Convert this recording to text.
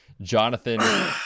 Jonathan